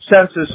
census